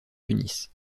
tunis